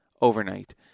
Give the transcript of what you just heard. overnight